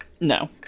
no